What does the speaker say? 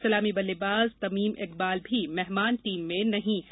सलामी बल्लेबाज तमीम इकबाल भी मेहमान टीम में नहीं हैं